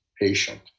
patient